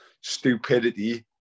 stupidity